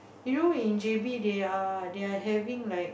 you know in j_b they are they're having like